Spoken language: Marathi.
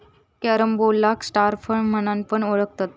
कॅरम्बोलाक स्टार फळ म्हणान पण ओळखतत